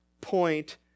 point